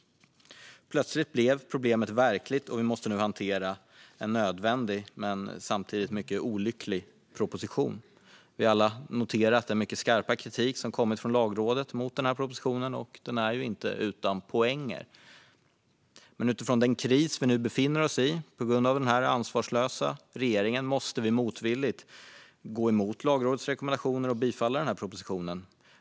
Plötsligt blev problemet verkligt, och vi måste nu hantera en nödvändig men samtidigt mycket olycklig proposition. Vi har alla noterat den mycket skarpa kritik som kommit från Lagrådet mot den här propositionen, och kritiken är inte utan poänger. Men utifrån den kris vi nu befinner oss i på grund av en ansvarslös regering måste vi motvilligt gå emot Lagrådets rekommendationer och bifalla propositionen.